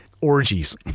orgies